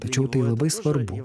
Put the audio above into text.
tačiau tai labai svarbu